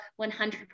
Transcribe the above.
100%